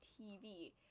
TV